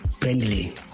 friendly